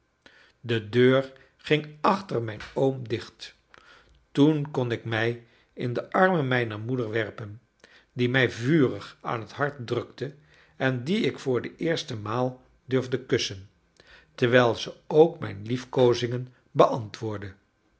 de deur ging achter mijn oom dicht toen kon ik mij in de arme mijner moeder werpen die mij vurig aan t hart drukte en die ik voor de eerste maal durfde kussen terwijl ze ook mijn liefkoozingen beantwoordde